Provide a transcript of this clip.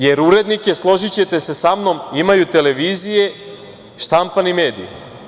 Jer, urednike, složićete se sa mnom, imaju televizije i štampani mediji.